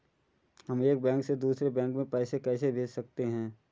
हम एक बैंक से दूसरे बैंक में पैसे कैसे भेज सकते हैं?